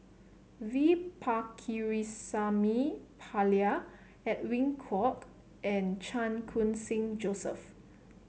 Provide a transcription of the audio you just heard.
V Pakirisamy Pillai Edwin Koek and Chan Khun Sing Joseph